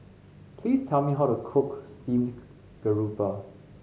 please tell me how to cook steamed garoupa